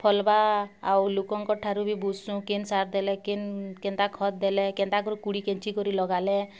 ଫଲ୍ବା ଆଉ ଲୁକଙ୍କ ଠାରୁ ବି ବୁଝସୁଁ କେନ୍ ସାର୍ ଦେଲେ କିନ୍ କେନ୍ତା ଖତ୍ ଦେଲେ କେନ୍ତାକରି କୁଡ଼ି କେଁଚିକରି ଲଗାଲେ